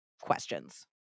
Questions